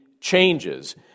changes